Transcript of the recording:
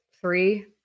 three